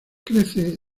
crece